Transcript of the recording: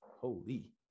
holy